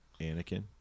Anakin